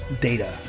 data